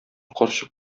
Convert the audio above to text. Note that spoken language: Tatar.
карчык